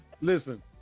listen